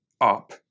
up